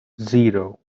zero